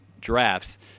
drafts